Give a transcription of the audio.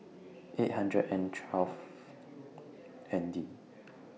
eight hundred and twelve N D